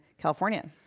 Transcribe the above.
California